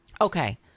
Okay